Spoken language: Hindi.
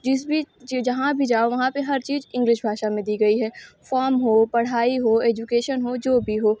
जिस भी जहाँ भी जाओ वहाँ पर हर चीज़ इंग्लिश भाषा में दी गई है फॉम हो पढ़ाई हो एजुकेशन हो जो भी हो